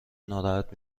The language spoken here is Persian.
ناراحت